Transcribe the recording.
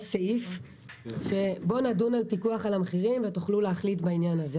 יש סעיף שבו נדון על פיקוח על המחירים ותוכלו להחליט בעניין הזה.